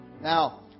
Now